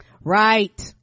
right